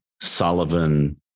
Sullivan